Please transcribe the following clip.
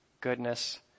goodness